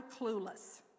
clueless